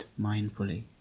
mindfully